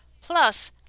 Plus